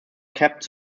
kept